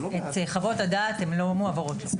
חוות הדעת לא מועברות.